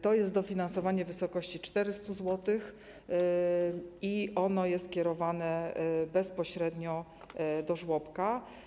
To jest dofinansowanie w wysokości 400 zł i ono jest kierowane bezpośrednio do żłobka.